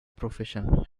profession